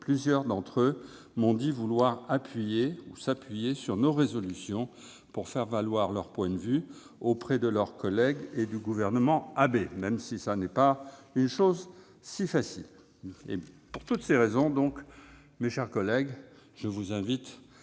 Plusieurs d'entre eux m'ont dit vouloir s'appuyer sur nos résolutions pour faire valoir leur point de vue auprès de leurs collègues et du gouvernement Abe, même si ce n'est pas si facile. Pour toutes ces raisons, mes chers collègues, je vous invite à